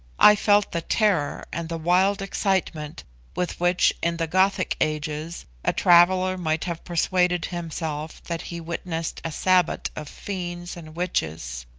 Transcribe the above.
i felt the terror and the wild excitement with which, in the gothic ages, a traveller might have persuaded himself that he witnessed a sabbat of fiends and witches.